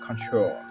control